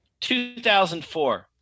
2004